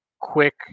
Quick